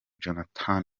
jonathan